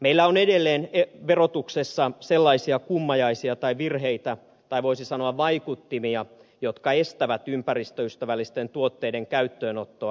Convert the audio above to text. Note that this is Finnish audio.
meillä on edelleen verotuksessa sellaisia kummajaisia tai virheitä tai voisi sanoa vaikuttimia jotka estävät ympäristöystävällisten tuotteiden käyttöönottoa